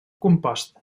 compost